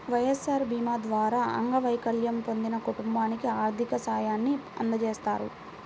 వైఎస్ఆర్ భీమా ద్వారా అంగవైకల్యం పొందిన కుటుంబానికి ఆర్థిక సాయాన్ని అందజేస్తారు